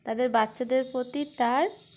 তাদের বাচ্চাদের প্রতি তার